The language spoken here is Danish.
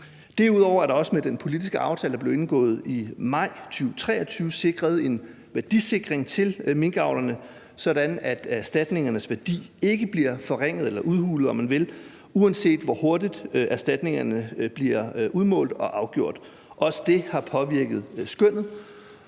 Derudover er der også med den politiske aftale, der blev indgået i maj 2023, sikret en værdisikring til minkavlerne, sådan at erstatningernes værdi ikke bliver forringet eller udhulet, om man vil, uanset hvor hurtigt erstatningerne bliver udmålt og afgjort. Også det har påvirket skønnet.